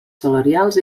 salarials